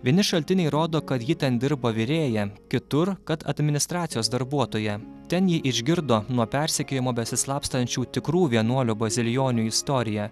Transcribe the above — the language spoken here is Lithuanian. vieni šaltiniai rodo kad ji ten dirba virėja kitur kad administracijos darbuotoja ten ji išgirdo nuo persekiojimo besislapstančių tikrų vienuolių bazilijonių istoriją